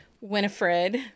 Winifred